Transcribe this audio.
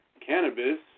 cannabis